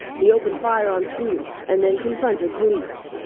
he opened fire on students, and then confronted police.